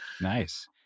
Nice